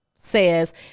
says